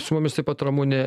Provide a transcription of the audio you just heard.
su mumis taip pat ramunė